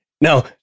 Now